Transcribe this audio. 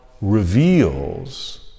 reveals